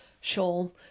shawl